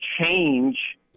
change